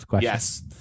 Yes